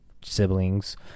siblings